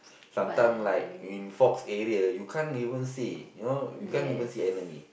sometimes like in fogs area you can't even see you know you can't even see enemy